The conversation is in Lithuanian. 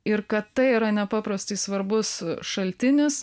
ir kad tai yra nepaprastai svarbus šaltinis